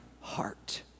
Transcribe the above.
heart